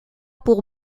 pour